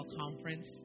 Conference